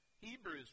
Hebrews